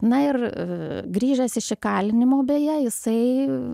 na ir grįžęs iš įkalinimo beje jisai